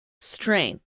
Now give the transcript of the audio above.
Strain